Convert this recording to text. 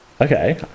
Okay